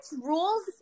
rules